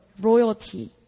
Royalty